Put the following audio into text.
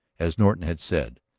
as norton had said,